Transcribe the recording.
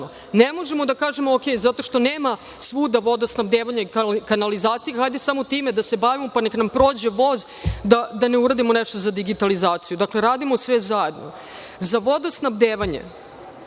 Ne možemo da kažemo – ok, zato što nema svuda vodosnabdevanja i kanalizacije. Hajde samo time da se bavimo, pa neka nam prođe voz, da ne uradimo nešto za digitalizaciju. Dakle, radimo sve zajedno.Za vodosnabdevanje